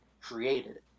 created